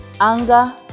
anger